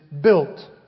built